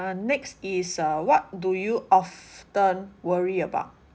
uh next is uh what do you often worry about